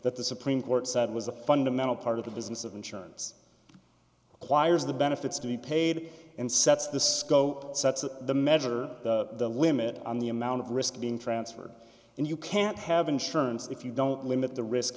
that the supreme court said was a fundamental part of the business of insurance choir's the benefits to be paid and sets the scope sets the measure the limit on the amount of risk being transferred and you can't have insurance if you don't limit the risk